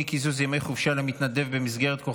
אין מתנגדים, אין נמנעים.